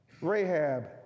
Rahab